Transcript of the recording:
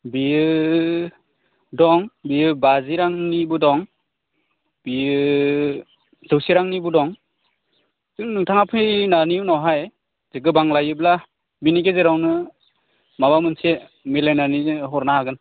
बेयो दं बेयो बाजि रांनिबो दं बेयो जौसे रांनिबो दं नोंथाङा फैनायनि उनावहाय गोबां लायोब्ला बेनि गेजेरावनो माबा मोनसे मिलायनानैनो जों हरनो हागोन